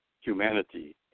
humanity